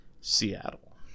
Seattle